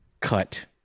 cut